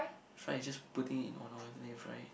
fry is just putting it in on oil then you fry it